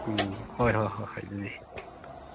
ꯎꯝ ꯍꯣꯏ ꯍꯣꯏ ꯍꯣꯏ ꯍꯣꯏ ꯑꯗꯨꯗꯤ